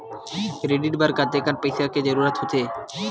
Credit बर कतेकन पईसा के जरूरत होथे?